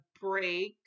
break